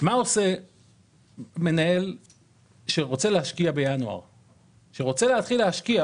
מה עושה מנהל שרוצה להתחיל להשקיע